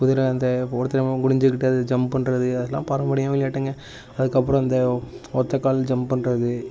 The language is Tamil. குதிரை அந்த ஒருத்தன் குனிஞ்சிருக்கிறது ஜம்ப் பண்ணுறது அதலாம் பாரம்பரிய விளையாட்டுங்க அதுக்கப்புறம் அந்த ஒற்றை காலில் ஜம்ப் பண்ணுறது